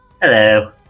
Hello